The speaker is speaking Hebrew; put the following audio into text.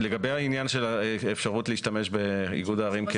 לגבי העניין של האפשרות להשתמש באיגוד הערים,